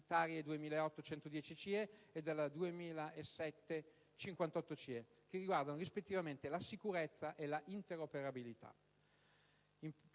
2008/110/CE e 2007/58/CE che riguardano rispettivamente la sicurezza e la interoperabilità;